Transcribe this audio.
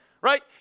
right